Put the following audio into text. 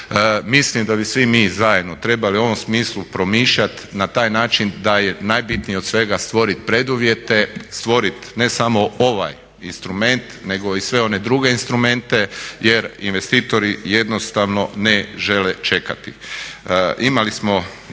mislim da bi svi mi zajedno trebali u ovom smislu promišljati na taj način da je najbitnije od svega stvoriti preduvjete, stvoriti ne samo ovaj instrument nego i sve one druge instrumente jer investitori jednostavno ne žele čekati. Imali smo